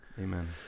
Amen